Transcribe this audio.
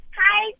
hi